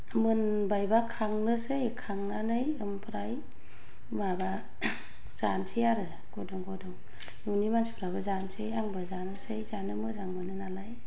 मोनबायबा खांनोसै खांनानै ओमफ्राय माबा जानोसै आरो गुदुं गुदुं न'नि मानसिफ्राबो जानोसै आंबो जानोसै जानो मोजां मोनो नालाय